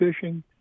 fishing